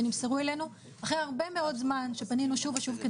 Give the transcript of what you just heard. שנמסרו אלינו אחרי הרבה מאוד זמן שפנינו שוב ושוב,